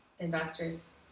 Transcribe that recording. investors